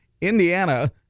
Indiana